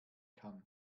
kann